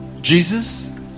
Jesus